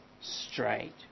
straight